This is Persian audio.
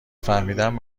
فهمیدم